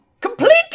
Completely